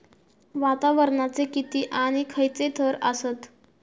वातावरणाचे किती आणि खैयचे थर आसत?